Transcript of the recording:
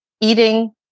eating